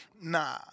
nah